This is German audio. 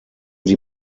sie